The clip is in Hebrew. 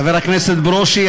חבר הכנסת ברושי,